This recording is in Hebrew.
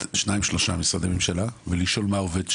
שניים-שלושה משרדי ממשלה ולשאול מה עובד שם,